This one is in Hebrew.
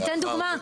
אני אתן דוגמה.